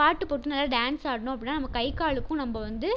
பாட்டுப் போட்டு நல்ல டான்ஸ் ஆடினோம் அப்படின்னா நம்ம கை காலுக்கும் நம்ம வந்து